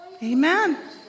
amen